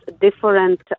different